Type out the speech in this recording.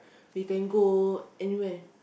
we can go anywhere